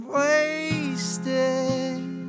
wasted